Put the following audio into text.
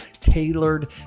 tailored